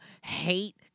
hate